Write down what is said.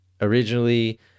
originally